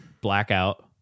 blackout